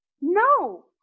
No